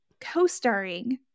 co-starring